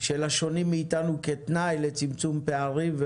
של השונים מאתנו כתנאי לצמצום פערים,